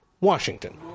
Washington